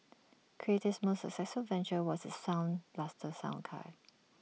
creative's most successful venture was its sound blaster sound card